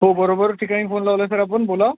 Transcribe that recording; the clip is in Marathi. हो बरोबर ठिकाणी फोन लावला सर आपण बोला